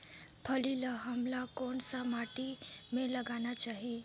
फल्ली ल हमला कौन सा माटी मे लगाना चाही?